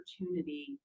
opportunity